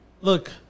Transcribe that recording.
Look